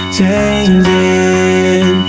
changing